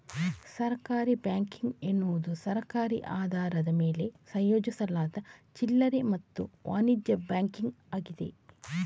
ಸಹಕಾರಿ ಬ್ಯಾಂಕಿಂಗ್ ಎನ್ನುವುದು ಸಹಕಾರಿ ಆಧಾರದ ಮೇಲೆ ಆಯೋಜಿಸಲಾದ ಚಿಲ್ಲರೆ ಮತ್ತು ವಾಣಿಜ್ಯ ಬ್ಯಾಂಕಿಂಗ್ ಆಗಿದೆ